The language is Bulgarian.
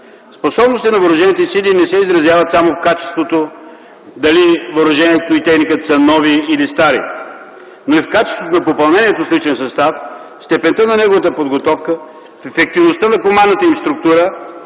Способностите на въоръжените сили не се изразяват само в качеството – дали въоръжението и техниката са нови или стари, но и в качеството на попълнението с личен състав, степента на неговата подготовка, в ефективността на командната им структура,